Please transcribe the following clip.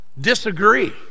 disagree